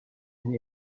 and